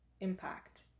impact